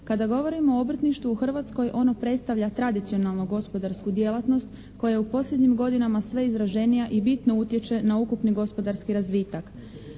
Kada govorimo o obrtništvu u Hrvatskoj ono predstavlja tradicionalnu gospodarsku djelatnost koja je u posljednjim godinama sve izraženija i bitno utječe na ukupni gospodarski razvitak.